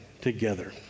together